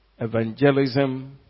Evangelism